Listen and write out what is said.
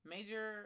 Major